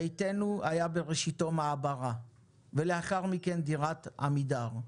ביתנו היה בראשיתו מעברה ולאחר מכן דירת עמידר,